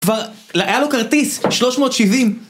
כבר היה לו כרטיס, 370